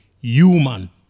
human